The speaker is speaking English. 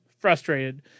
frustrated